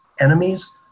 enemies